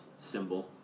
symbol